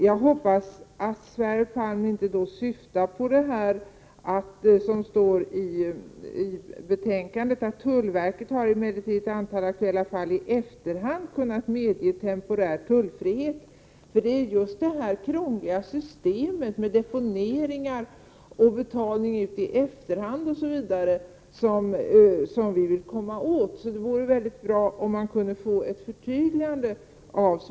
Jag hoppas att Sverre Palm då inte syftade på vad som står i betänkandet: ”Tullverket har emellertid i ett antal aktuella fall i efterhand kunna medge temporär tullfrihet.” Det är ju just det krångliga systemet med deponeringar, betalning i efterhand osv. som vi vill komma åt. Det vore därför mycket bra om Sverre Palm kunde göra ett förtydligande.